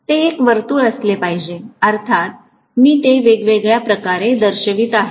ते एक वर्तुळ असले पाहिजे अर्थातच मी ते वेगवेगळ्या प्रकारे दर्शवित आहे